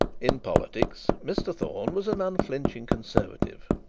in politics, mr thorne was an unflinching conservative.